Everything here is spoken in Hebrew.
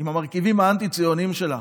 עם המרכיבים האנטי-ציוניים שלה,